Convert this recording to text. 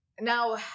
now